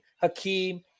Hakeem